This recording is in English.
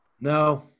No